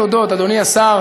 אני אגיע לתודות, אדוני השר.